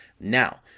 Now